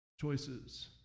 choices